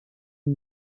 the